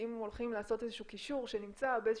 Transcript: אם הולכים לעשות איזה שהוא קישור שנמצא באיזה